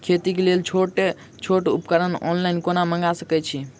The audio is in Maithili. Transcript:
खेतीक लेल छोट छोट उपकरण ऑनलाइन कोना मंगा सकैत छी?